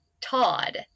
Todd